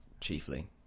chiefly